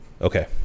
Okay